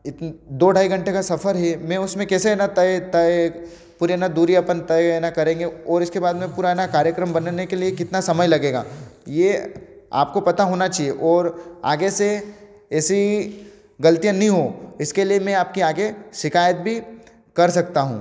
इत्न दो ढाई घंटे का सफर है मैं उसमें कैसे हैना तय तय पूरे मैं दूरी अपन तय हैना करेंगे और इसके बाद में पुराना कार्यक्रम बनने के लिए कितना समय लगेगा ये आपको पता होना चाहिए और आगे से ऐसी गलतियाँ नहीं हो इसके लिए मैं आपके आगे शिकायत भी कर सकता हूँ